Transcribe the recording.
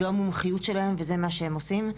זו המומחיות שלהם וזה מה שהם עושים,